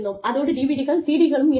அதோடு DVD கள் CD கள் இருந்தன